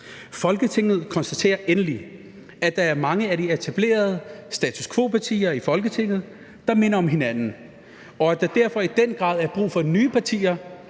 Folketinget konstaterer endelig, at der er mange af de etablerede status quo-partier i Folketinget, der minder om hinanden, og at der derfor i den grad er brug for nye partier,